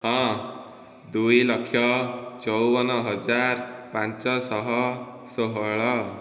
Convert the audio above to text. ହଁ ଦୁଇଲକ୍ଷ ଚଉବନହଜାର ପାଞ୍ଚଶହ ଷୋହଳ